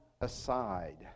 aside